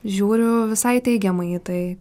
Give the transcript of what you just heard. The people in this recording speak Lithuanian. žiūriu visai teigiamai į tai